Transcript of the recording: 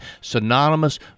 synonymous